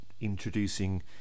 introducing